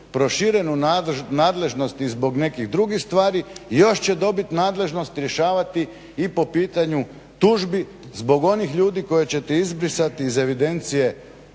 proširenu nadležnost i zbog nekih drugi stvari još će dobiti nadležnost rješavati i po pitanju tužbi zbog onih ljudi koje ćete izbrisati iz evidencije